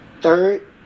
third